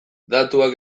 datuak